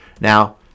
Now